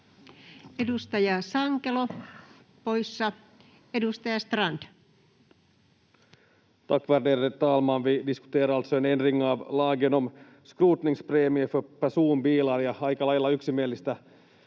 Edustaja Sankelo — poissa. Edustaja Strand. Tack, värderade talman! Vi diskuterar alltså en ändring av lagen om skrotningspremie för personbilar. Ja aika lailla yksimielistä